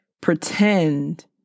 pretend